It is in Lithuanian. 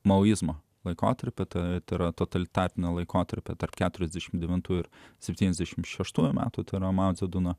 maoizmo laikotarpio t y totalitarinio laikotarpiu tarp keturiasdešimt devintųjų ir septyniasdešimt šeštųjų metų tai yra mao dze duno